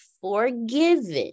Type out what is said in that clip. forgiven